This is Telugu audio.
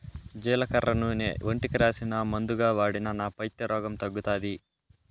జీలకర్ర నూనె ఒంటికి రాసినా, మందుగా వాడినా నా పైత్య రోగం తగ్గుతాది